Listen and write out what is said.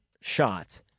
shot